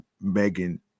megan